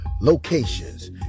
locations